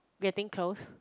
getting close